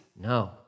No